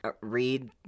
read